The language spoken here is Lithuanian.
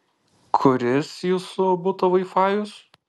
kuris jūsų buto vaifajus